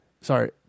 sorry